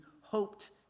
hoped